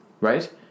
right